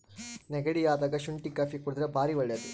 ನೆಗಡಿ ಅದಾಗ ಶುಂಟಿ ಕಾಪಿ ಕುಡರ್ದೆ ಬಾರಿ ಒಳ್ಳೆದು